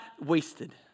wasted